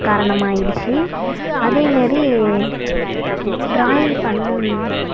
காரணமாயிடுச்சு அதேமாரி ட்ராயிங் பண்